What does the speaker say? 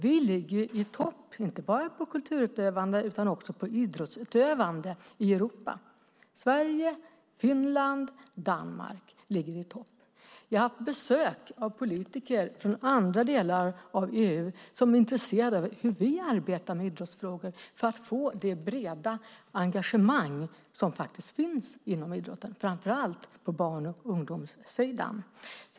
Vi ligger i topp inte bara på kulturutövande utan också på idrottsutövande i Europa. Sverige, Finland och Danmark ligger i topp. Vi har haft besök av politiker från andra delar av EU som är intresserade av hur vi arbetar med idrottsfrågor för att få det breda engagemang som faktiskt finns inom idrotten, framför allt på barn och ungdomssidan.